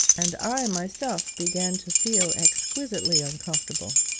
and i myself began to feel exquisitely uncomfortable.